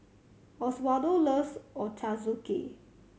Oswaldo loves Ochazuke